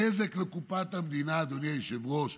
הנזק לקופת המדינה, אדוני היושב-ראש,